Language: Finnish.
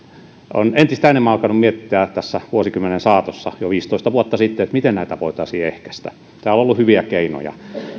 on entistä enemmän alkanut mietityttää tässä vuosikymmenen saatossa jo viisitoista vuotta sitten että miten näitä voitaisiin ehkäistä täällä on ollut hyviä keinoja